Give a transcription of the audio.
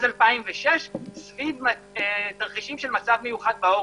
2006 סביב תרחישים של מצב מיוחד בעורף.